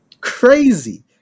Crazy